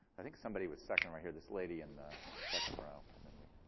i think somebody was second, right here? this lady in the second row? and then we